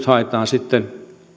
haetaan sitten